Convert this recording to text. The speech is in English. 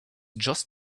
just